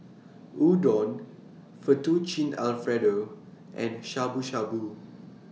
Udon Fettuccine Alfredo and Shabu Shabu